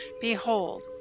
Behold